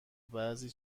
بعضی